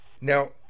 Now